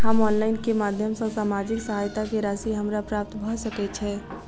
हम ऑनलाइन केँ माध्यम सँ सामाजिक सहायता केँ राशि हमरा प्राप्त भऽ सकै छै?